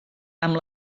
amb